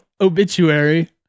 obituary